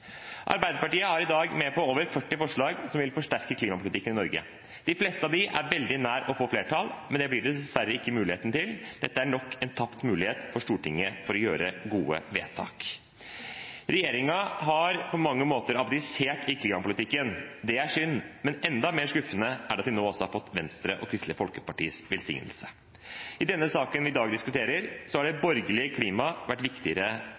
Arbeiderpartiet er i dag med på over 40 forslag som vil forsterke klimapolitikken i Norge. De fleste av dem er veldig nær ved å få flertall, men det blir det dessverre ikke. Dette er nok en tapt mulighet for Stortinget for å gjøre gode vedtak. Regjeringen har på mange måter abdisert i klimapolitikken – det er synd – men enda mer skuffende er det at de nå også har fått Venstres og Kristelig Folkepartis velsignelse. I den saken vi i dag diskuterer, har det borgerlige samarbeidsklimaet vært viktigere